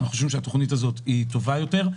אנחנו חושבים שהתוכנית הזאת טובה יותר,